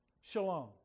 Shalom